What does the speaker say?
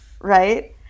right